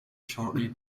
shortly